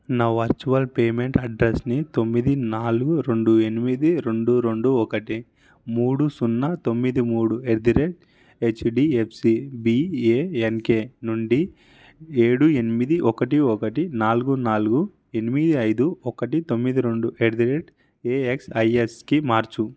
నా virtual payment అడ్రెస్సుని తొమ్మిది నాలుగు రెండు ఎనిమిది రెండు రెండు ఒకటి మూడు సున్నా తొమ్మిది మూడు at the rate HDFC BANK నుండి ఏడు ఎనిమిది ఒకటి ఒకటి నాలుగు నాలుగు ఎనిమిది ఐదు ఒకటి తొమ్మిది రెండు యట్ ది రేట్ ఏయక్స్ఐఎస్కి మార్చు